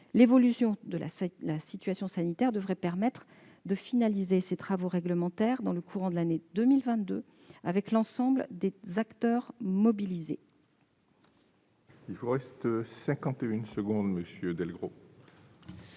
L'évolution de la situation sanitaire devrait permettre de finaliser ces travaux réglementaires dans le courant de l'année 2022 avec l'ensemble des acteurs mobilisés. La parole est à M. Bernard Delcros,